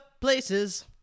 places